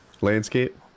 Landscape